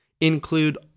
include